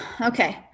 okay